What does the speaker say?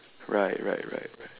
right right right right